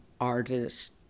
artist